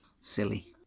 silly